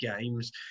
games